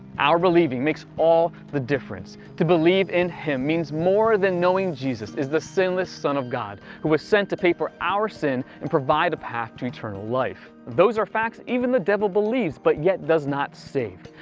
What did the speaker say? our believing makes all the difference. to believe in him, means more than knowing jesus is the sinless son of god who was sent to pay for our sin and provide a path to eternal life. those are facts that even the devil believes, but yet does not save.